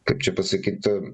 kaip čia pasakyt